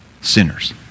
sinners